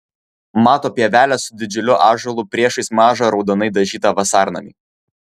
mato pievelę su didžiuliu ąžuolu priešais mažą raudonai dažytą vasarnamį